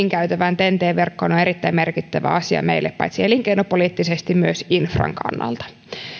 nyt eurooppalaiseen ydinkäytävään ten t verkkoon on erittäin merkittävä asia meille paitsi elinkeinopoliittisesti myös infran kannalta